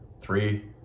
Three